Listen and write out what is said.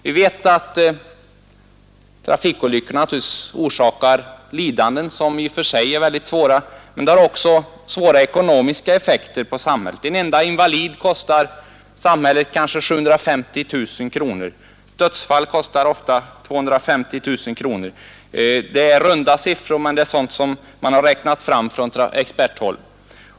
Vi vet att trafikolyckorna orsakar lidanden som i och för sig är mycket svåra, men dessa olyckor har också negativa ekonomiska effekter på samhället. Varenda invalid kostar samhället i genomsnitt 750 000 kronor, och dödsfall kostar i medeltal 250 000 kronor. Det är runda siffror, men det är sådant som man har räknat fram på experthåll.